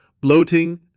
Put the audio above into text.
bloating